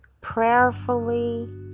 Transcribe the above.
prayerfully